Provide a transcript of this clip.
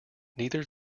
neither